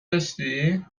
داشتی